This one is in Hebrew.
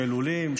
של לולים,